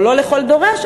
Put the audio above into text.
או לא לכל דורש,